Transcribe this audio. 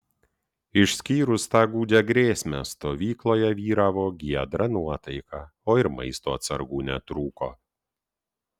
išskyrus tą gūdžią grėsmę stovykloje vyravo giedra nuotaika o ir maisto atsargų netrūko